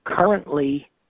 currently